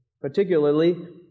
Particularly